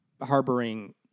harboring